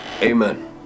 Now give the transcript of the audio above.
Amen